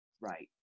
Right